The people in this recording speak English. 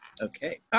Okay